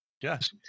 Yes